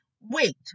wait